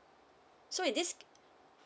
so in this